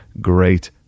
great